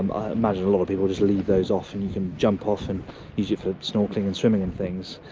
um i imagine a lot of people just leave those off, and you can jump off and use it for snorkelling and swimming and things,